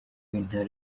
w’intara